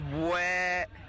wet